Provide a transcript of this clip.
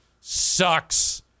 sucks